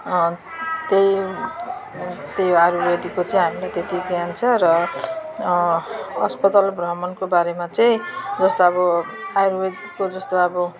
त्यही त्यही हो आयुर्वेदिकको चाहिँ हामीलाई त्यत्ति ज्ञान छ र अस्पताल भ्रमणको बारेमा चाहिँ जस्तो अब आयुर्वेदको जस्तो अब